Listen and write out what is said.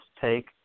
take